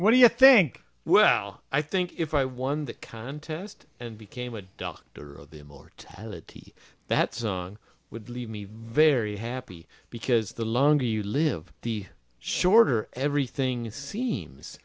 what do you think well i think if i won the contest and became a doctor of the immortality that song would leave me very happy because the longer you live the shorter everything seems